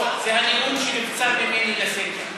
לא, זה הנאום שנבצר ממני לשאת.